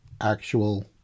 actual